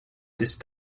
ist